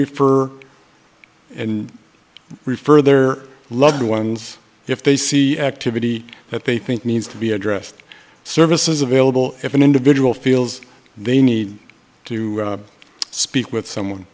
refer and refer their loved ones if they see activity that they think needs to be addressed service is available if an individual feels they need to speak with someone